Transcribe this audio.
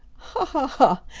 ha! ha! ha!